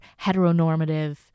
heteronormative